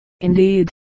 Indeed